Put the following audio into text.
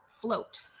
float